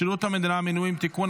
שירות המדינה (מינויים) (תיקון,